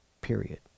period